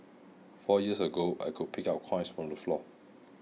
four years ago I could pick up coins from the floor